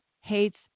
hates